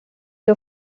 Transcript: que